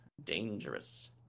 dangerous